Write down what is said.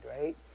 right